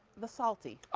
the salty.